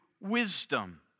wisdom